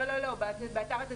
לא, לא, באתר התזכירים.